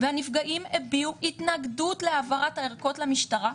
והנפגעים הביעו התנגדות להעברת הערכות למשטרה,